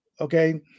Okay